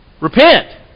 Repent